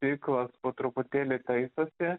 ciklas po truputėlį taisosi